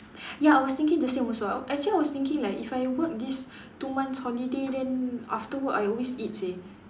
ya I was thinking the same also I actually I was thinking like if I work this two months holiday then after work I always eat seh